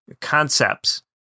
concepts